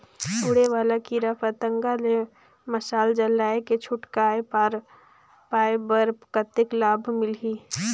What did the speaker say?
उड़े वाला कीरा पतंगा ले मशाल जलाय के छुटकारा पाय बर कतेक लाभ मिलही?